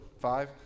five